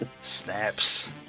Snaps